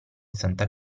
santa